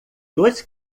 dois